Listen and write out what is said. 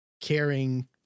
caring